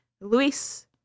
Luis